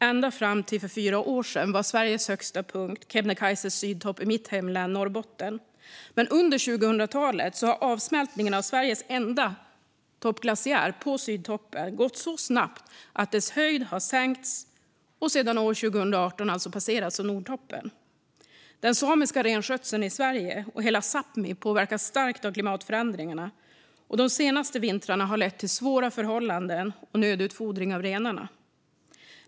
Ända fram till för fyra år sedan var Sveriges högsta punkt Sydtoppen i Kebnekaise i mitt hemlän Norrbotten. Men under 2000-talet har avsmältningen av Sveriges enda toppglaciär på Sydtoppen gått så snabbt att dess höjd har sänkts och sedan år 2018 alltså passerats av Nordtoppen. Den samiska renskötseln i Sverige och hela Sápmi påverkas starkt av klimatförändringarna, och de senaste vintrarna har lett till svåra förhållanden och nödutfodring av renarna.